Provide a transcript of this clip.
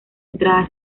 entrada